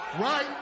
Right